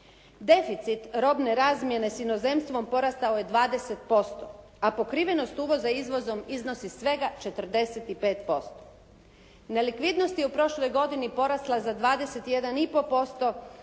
Deficit robne razmjene s inozemstvom porastao je 20%, a pokrivenost uvoza izvozom iznosi svega 45%. Nelikvidnost je u prošloj godini porasla za 21,5%,